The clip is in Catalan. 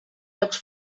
jocs